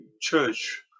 church